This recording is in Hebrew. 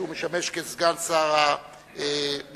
שמשמש סגן שר הביטחון,